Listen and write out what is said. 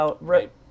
Right